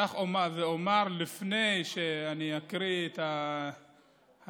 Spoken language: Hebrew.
אפתח ואומר, לפני שאני אקריא את התשובה